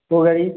କେଉଁ ଗାଈ